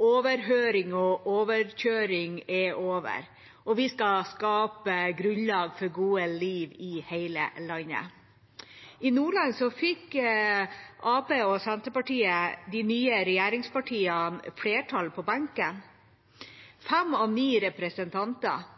overhøring og overkjøring er over, og vi skal skape grunnlag for gode liv i hele landet. I Nordland fikk Arbeiderpartiet og Senterpartiet, de nye regjeringspartiene, flertall på benken med fem av ni representanter,